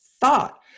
thought